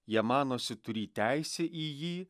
jie manosi turį teisę į jį